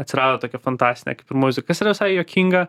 atsirado tokia fantastinė kaip ir muzika kas yra visai juokinga